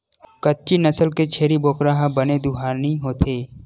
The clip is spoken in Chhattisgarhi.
कच्छी नसल के छेरी बोकरा ह बने दुहानी होथे